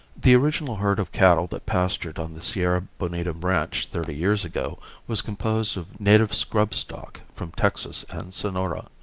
the original herd of cattle that pastured on the sierra bonita ranch thirty years ago was composed of native scrub stock from texas and sonora.